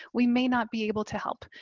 we may not be able to help.